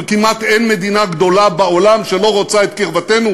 וכמעט אין מדינה גדולה בעולם שלא רוצה את קרבתנו,